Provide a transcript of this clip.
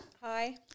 Hi